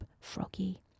Froggy